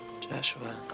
Joshua